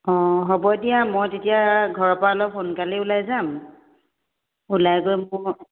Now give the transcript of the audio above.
অঁ হ'ব দিয়া মই তেতিয়া ঘৰৰ পৰা অলপ সোনকালে ওলাই যাম ওলাই গৈ মই